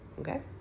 Okay